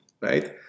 right